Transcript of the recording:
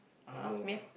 uh ask me ah